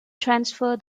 transfer